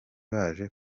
baje